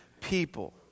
people